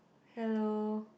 hello